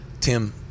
Tim